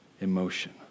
emotion